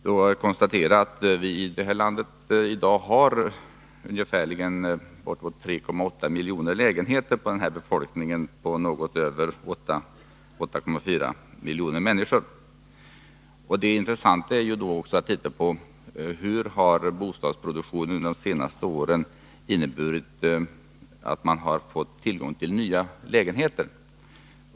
I landet har vi i dag ungefärligen 3,8 miljoner lägenheter på en befolkning på något över 8,4 miljoner människor. Det intressanta är att titta på i vilken mån bostadsproduktionen under de senaste åren har inneburit att man har fått tillgång till nya lägenheter.